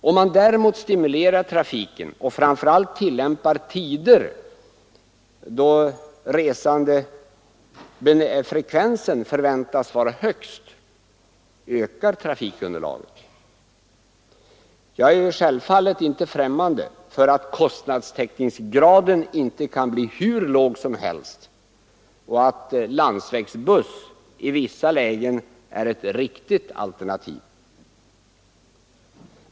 Om man däremot stimulerar trafiken och framför allt tillämpar tider då resandefrekvensen förväntas vara högst, så ökar trafikunderlaget. Jag är självfallet inte främmande för att kostnadstäckningsgraden inte kan bli hur låg som helst och att landsvägsbuss i vissa lägen är ett riktigt alternativ.